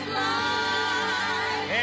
life